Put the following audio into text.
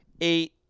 eight